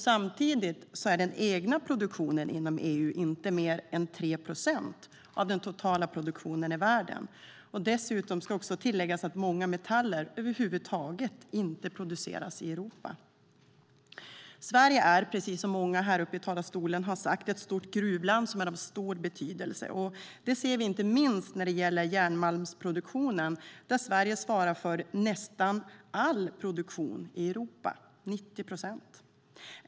Samtidigt är den egna produktionen inom EU inte mer än 3 procent av den totala produktionen i världen. Dessutom ska tilläggas att många metaller över huvud taget inte produceras i Europa. Sverige är, precis som många har sagt här i talarstolen, ett stort gruvland som är av stor betydelse. Det ser vi inte minst när det gäller järnmalmsproduktionen, där Sverige svarar för nästan all produktion i Europa - 90 procent.